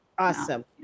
Awesome